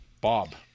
Bob